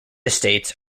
states